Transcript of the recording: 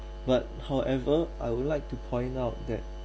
but however I would like to point out that